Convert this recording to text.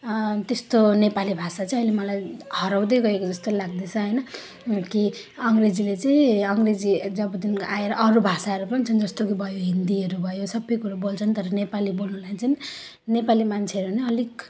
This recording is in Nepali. त्यस्तो नेपाली भाषा चाहिँ अहिले मलाई हराउँदै गएको जस्तो लाग्दैछ होइन कि अङ्ग्रेजीले चाहिँ अङ्ग्रेजी जबदेखिको आएर अरू भाषाहरू पनि छन् जस्तो कि भयो हिन्दीहरू भयो सबै कुरो बेल्छन् तर नेपाली बेल्नुलाई चाहिँ नेपाली मान्छेहरू नै अलिक